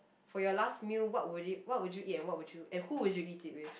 for your last meal what would you what would you eat and what would you and who will you eat it with